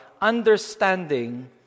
understanding